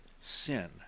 sin